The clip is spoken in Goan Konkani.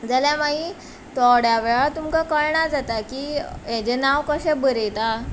जाल्यार मागीर थोड्या वेळा तुमकां कळनां जाता की हाजें नांव कशें बरयता